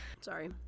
Sorry